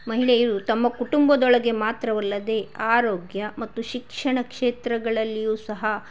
ಮಹಿಳೆಯು ತಮ್ಮ ಕುಟುಂಬದೊಳಗೆ ಮಾತ್ರವಲ್ಲದೆ ಆರೋಗ್ಯ ಮತ್ತು ಶಿಕ್ಷಣ ಕ್ಷೇತ್ರಗಳಲ್ಲಿಯು ಸಹ